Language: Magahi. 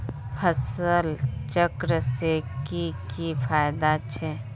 फसल चक्र से की की फायदा छे?